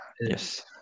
Yes